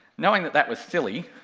knowing that that was silly,